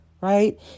right